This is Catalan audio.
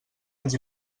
els